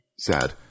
Sad